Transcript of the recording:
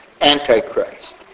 Antichrist